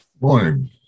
morning